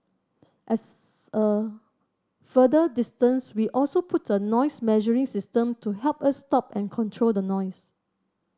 at a further distance we also put a noise measuring system to help us stop and control the noise